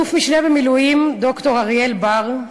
אלוף משנה במילואים ד"ר אריאל בר,